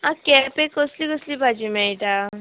आ केपें कसली कसली भाजी मेळटा